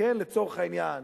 לצורך העניין,